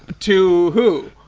to who?